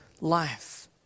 life